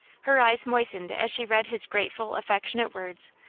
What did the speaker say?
her eyes moistened as she read his grateful, affectionate words,